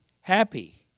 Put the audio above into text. happy